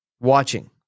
watching